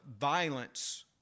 violence